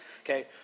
okay